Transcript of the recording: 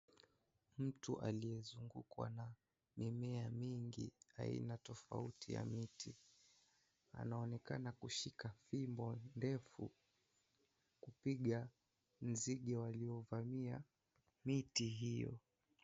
Mtu aliyezungukwa na mimea mingi ,aina tofauti ya miti anaonekana kushika fimb ndefu kupiga zinge waliofamia miti hiyo.